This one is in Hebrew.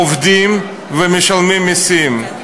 עובדים ומשלמים מסים,